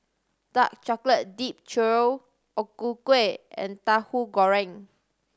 dark chocolate dipped churro O Ku Kueh and Tahu Goreng